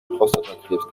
prostatakrebs